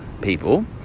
people